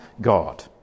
God